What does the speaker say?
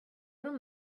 dem